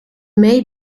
may